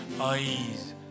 eyes